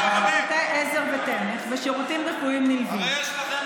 מגוון שירותי עזר ותמך ושירותים רפואיים נלווים.